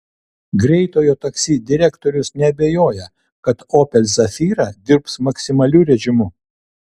greitojo taksi direktorius neabejoja kad opel zafira dirbs maksimaliu režimu